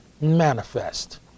manifest